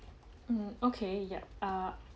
mm okay yeah err